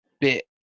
bit